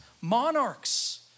monarchs